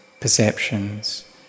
perceptions